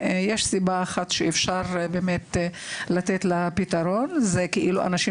הסיבה הראשונה שגם אפשר לתת לה פתרון היא לגבי אנשים